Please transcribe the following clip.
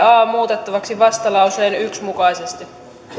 a pykälää muutettavaksi vastalauseen yksi mukaisesti